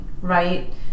right